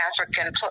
African